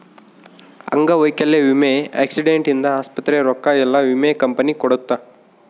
ಅಂಗವೈಕಲ್ಯ ವಿಮೆ ಆಕ್ಸಿಡೆಂಟ್ ಇಂದ ಆಸ್ಪತ್ರೆ ರೊಕ್ಕ ಯೆಲ್ಲ ವಿಮೆ ಕಂಪನಿ ಕೊಡುತ್ತ